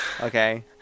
Okay